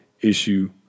issue